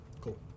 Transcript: Cool